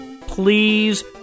Please